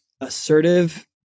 assertive